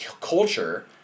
culture